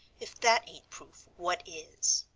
if that ain't proof, what is?